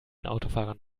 autofahrern